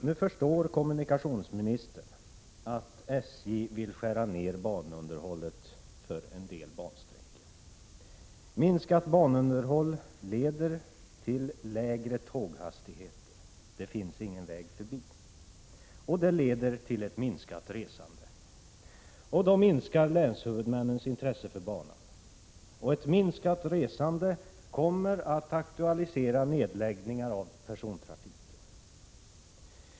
Nu förstår kommunikationsministern att SJ vill skära ned banunderhållet för en del bansträckor. Minskat banunderhåll leder till lägre tåghastigheter — det finns ingen väg förbi — och det leder till ett minskat resande. Då minskar länshuvudmännens intresse för banan, och ett minskat resande kommer att aktualisera nedläggningar av persontrafik.